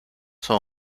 son